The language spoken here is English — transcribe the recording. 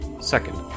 Second